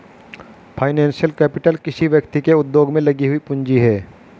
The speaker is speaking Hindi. फाइनेंशियल कैपिटल किसी व्यक्ति के उद्योग में लगी हुई पूंजी है